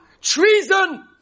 treason